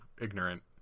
ignorant